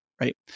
right